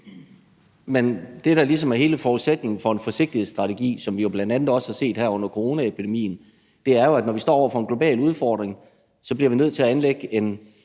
Men det, der ligesom er hele forudsætningen for en forsigtighedsstrategi, som vi jo bl.a. også har set her under coronaepidemien, er, at når vi står over for en global udfordring, så bliver vi nødt til både at anlægge en